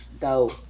go